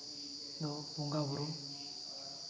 ᱫᱚ ᱵᱚᱸᱜᱟᱼᱵᱩᱨᱩ